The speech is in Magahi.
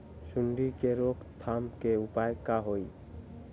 सूंडी के रोक थाम के उपाय का होई?